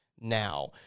now